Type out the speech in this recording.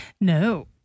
No